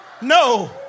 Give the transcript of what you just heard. No